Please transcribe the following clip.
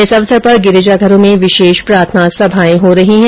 इस अवसर पर गिरिजाघरों में विशेष प्रार्थना सभाएं हो रही है